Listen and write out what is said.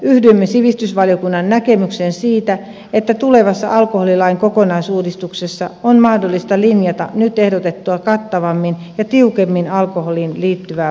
yhdyimme sivistysvaliokunnan näkemykseen siitä että tulevassa alkoholilain kokonaisuudistuksessa on mahdollista linjata nyt ehdotettua kattavammin ja tiukemmin alkoholiin liittyvää mainontaa